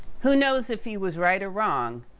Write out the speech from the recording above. who knows if he was right or wrong.